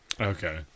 okay